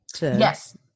Yes